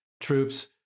troops